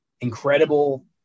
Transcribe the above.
Incredible